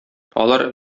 алар